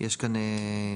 יש כאן טעות.